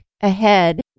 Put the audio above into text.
ahead